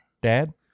Dad